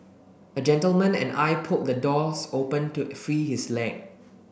a gentleman and I pulled the doors open to free his leg